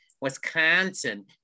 Wisconsin